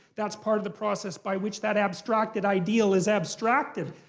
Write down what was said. that's part of the process by which that abstracted ideal is abstracted.